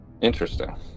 Interesting